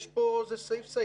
זה סעיף-סעיף.